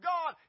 God